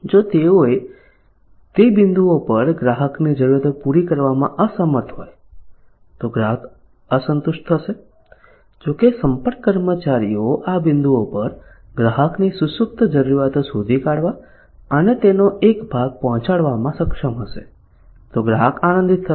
જો તેઓ તે બિંદુઓ પર ગ્રાહકની જરૂરિયાતો પૂરી કરવામાં અસમર્થ હોય તો ગ્રાહક અસંતુષ્ટ થશે જો કે સંપર્ક કર્મચારીઓ આ બિંદુઓ પર ગ્રાહકની સુષુપ્ત જરૂરિયાતો શોધી કાઢવા અને તેનો એક ભાગ પહોંચાડવામાં સક્ષમ હશે તો ગ્રાહક આનંદિત થશે